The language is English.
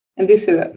and this is